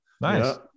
nice